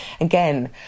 Again